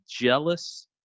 jealous